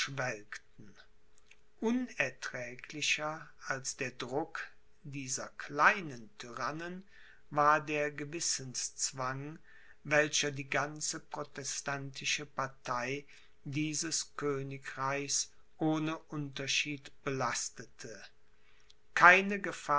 unerträglicher als der druck dieser kleinen tyrannen war der gewissenszwang welcher die ganze protestantische partei dieses königreichs ohne unterschied belastete keine